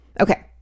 Okay